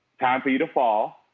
time for you to fall.